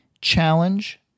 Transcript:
challenge